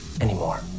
anymore